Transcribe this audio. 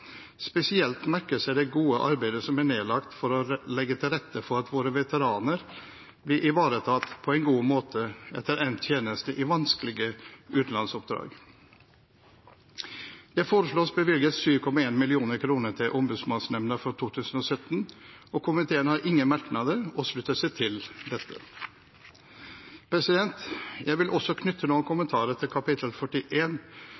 spesielt merket seg det gode arbeidet som er nedlagt for å legge til rette for at våre veteraner blir ivaretatt på en god måte etter endt tjeneste i vanskelige utenlandsoppdrag. Det foreslås bevilget 7,1 mill. kr til Ombudsmannsnemnda for 2017. Komiteen har ingen merknader og slutter seg til dette. Jeg vil også knytte noen